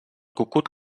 cucut